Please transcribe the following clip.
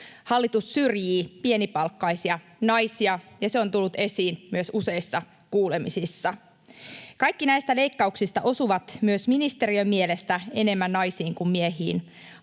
Hallitus syrjii pienipalkkaisia naisia, ja se on tullut esiin myös useissa kuulemisissa. Kaikki näistä leikkauksista osuvat myös ministeriön mielestä enemmän naisiin kuin miehiin.